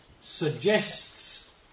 suggests